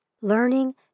Learning